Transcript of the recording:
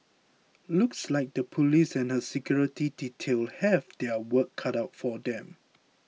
looks like the police and her security detail have their work cut out for them